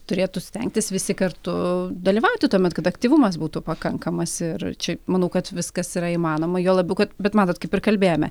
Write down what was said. turėtų stengtis visi kartu dalyvauti tuomet kad aktyvumas būtų pakankamas ir čia manau kad viskas yra įmanoma juo labiau kad bet matot kaip ir kalbėjome